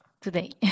today